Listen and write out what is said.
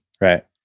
Right